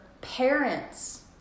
parents